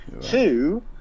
Two